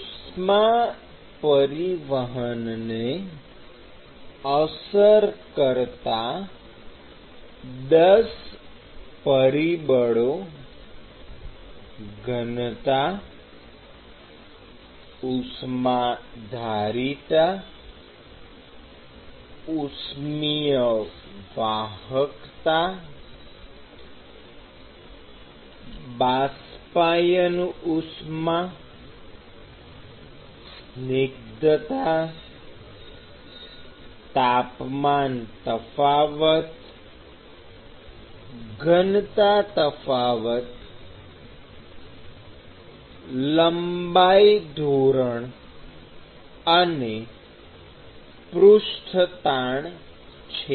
ઉષ્મા પરિવહનને અસર કરતા ૧૦ પરિબળો ઘનતા ઉષ્માધારિતા ઉષ્મિય વાહકતા બાષ્પાયન ઉષ્મા સ્નિગ્ધતા તાપમાન તફાવત ઘનતા તફાવત લંબાઈ ધોરણ અને પૃષ્ઠતાણ છે